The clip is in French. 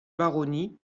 baronnie